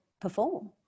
perform